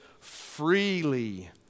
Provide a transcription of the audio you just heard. freely